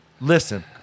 Listen